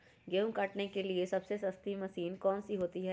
गेंहू काटने के लिए सबसे सस्ती मशीन कौन सी होती है?